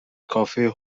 کافه